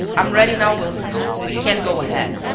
i'm ready now, wilson. we can go ahead.